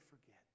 forget